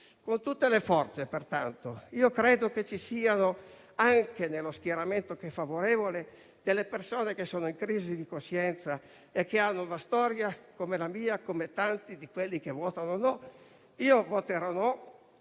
Con tutte le forze, pertanto, credo ci siano anche nello schieramento favorevole persone che sono in crisi di coscienza e che hanno una storia come la mia e come tanti di quelli che votano no. Voterò no